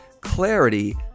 Clarity